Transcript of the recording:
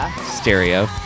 stereo